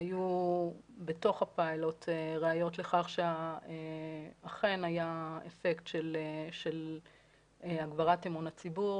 היו בתוך הפיילוט ראיות לכך שאכן היה אפקט של הגברת אמון הציבור